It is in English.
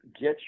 get